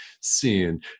seen